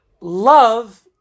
love